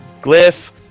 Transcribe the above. glyph